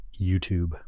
YouTube